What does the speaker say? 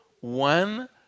one